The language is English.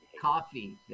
Coffee